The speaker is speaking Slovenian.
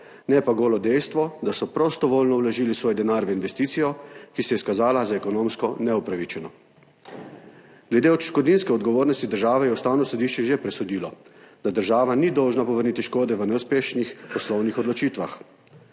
ne pa golo dejstvo, da so prostovoljno vložili svoj denar v investicijo, ki se je izkazala za ekonomsko neupravičeno. Glede odškodninske odgovornosti države je Ustavno sodišče že presodilo, da država ni dolžna povrniti škode v neuspešnih poslovnih odločitvah.